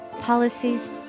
policies